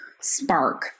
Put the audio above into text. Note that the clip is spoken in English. spark